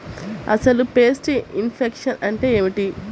అసలు pest infection అంటే ఏమిటి?